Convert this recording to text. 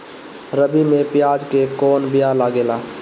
रबी में प्याज के कौन बीया लागेला?